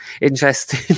interesting